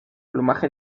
plumaje